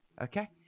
Okay